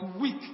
weak